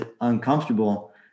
uncomfortable